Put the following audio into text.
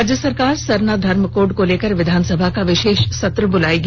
राज्य सरकार सरना धर्म कोड को लेकर विधानसभा का विशेष सत्र बुलाएगी